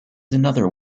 another